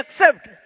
accept